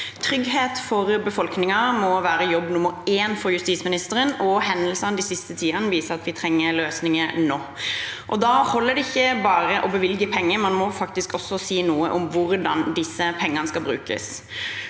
Trygghet for befolkningen må være jobb nummer én for justisministeren, og hendelsene den siste tiden viser at vi trenger løsninger nå. Da holder det ikke bare å bevilge penger, man må faktisk også si noe om hvordan disse pengene skal brukes.